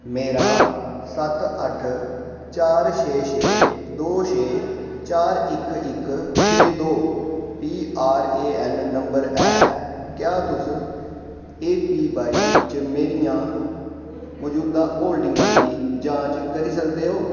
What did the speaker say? मेरा सत्त अट्ठ चार छे छे दो छे चार इक इक छे दो P R A N number ऐ क्या तुस ए पी वाई च मेरियां मजूदा होल्डिंगें दी जांच करी सकदे ओ